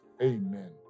Amen